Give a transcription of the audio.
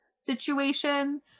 Situation